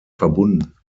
verbunden